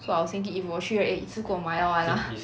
so I was thinking if 我去 right eh 一次过买到完 lah